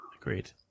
Agreed